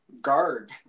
guard